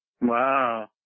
Wow